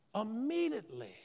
immediately